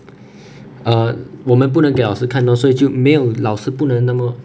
err 我们不能给老师看的时候就没有老师不能能够